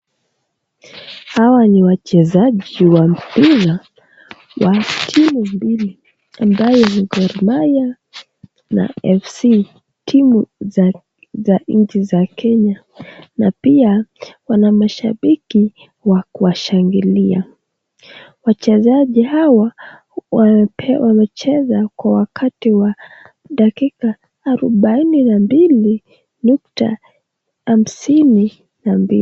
Hawa ni wachezaji wa mpira wa timu mbili ambaye ni gor mahia na fc, timu za nchi za kenya na pia wanamashabiki ya kuwashangilia, wachezaji hawa wamepewa kucheza kwa wakati wa dakika arubaini na mbili nyukta hamsini na mbili.